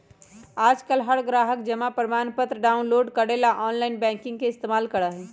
आजकल हर ग्राहक जमा प्रमाणपत्र डाउनलोड करे ला आनलाइन बैंकिंग के इस्तेमाल करा हई